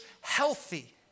healthy